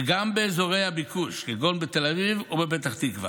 וגם באזורי הביקוש, כגון בתל אביב ובפתח תקווה.